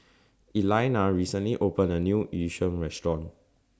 Elaina recently opened A New Yu Sheng Restaurant